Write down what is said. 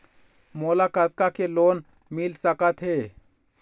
मोला कतका के लोन मिल सकत हे?